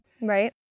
Right